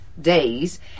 days